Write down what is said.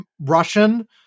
Russian